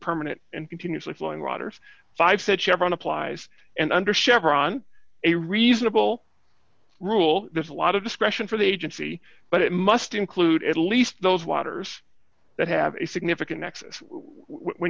permanent and continuously flowing rotters five said chevron applies and under chevron a reasonable rule there's a lot of discretion for the agency but it must include at least those waters that have a significant